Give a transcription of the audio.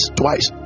twice